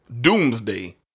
Doomsday